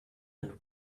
and